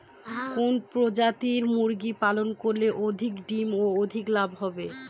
কোন প্রজাতির মুরগি পালন করলে অধিক ডিম ও অধিক লাভ হবে?